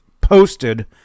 posted